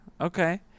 Okay